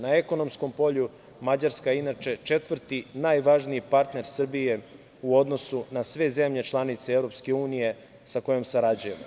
Na ekonomskom polju Mađarska inače četvrti najvažniji partner Srbije u odnosu na sve zemlje članice EU sa kojom sarađujemo.